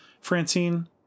Francine